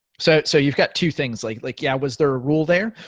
so so, you've got two things. like like yeah, was there a rule there?